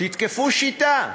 תתקפו שיטה,